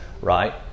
right